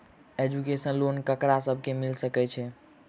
Education loan ककरा सब केँ मिल सकैत छै?